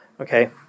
Okay